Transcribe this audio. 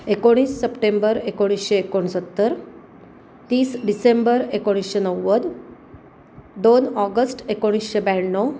एकोणीस सप्टेंबर एकोणीसशे एकोणसत्तर तीस डिसेंबर एकोणीसशे नव्वद दोन ऑगस्ट एकोणीसशे ब्याण्णव